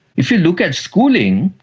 if you look at schooling,